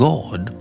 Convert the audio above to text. God